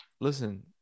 listen